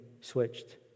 switched